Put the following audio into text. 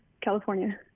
California